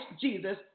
Jesus